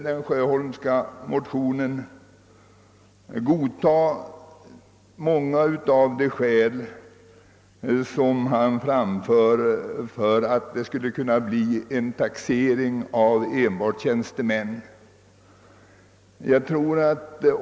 Jag kan vidare godta många av de skäl som herr Sjöholm framför i sin motion för införandet av en renodlad tjänstemannataxering.